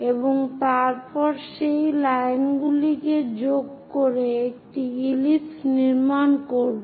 এবং তারপর সেই লাইন গুলিকে যোগ করে একটি ইলিপস নির্মাণ করব